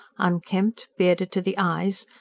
unkempt, bearded to the eyes,